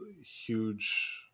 huge